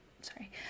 sorry